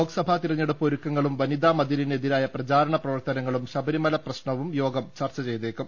ലോക്സഭാ തെരഞ്ഞെ ടുപ്പ് ഒരുക്കങ്ങളും വനിതാ മതിലിന് എതിരായ പ്രചാരണ പ്രവർത്തനങ്ങളും ശബരിമല പ്രശ്നവും യോഗം ചർച്ച ചെയ്തേ ക്കും